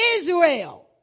Israel